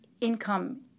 income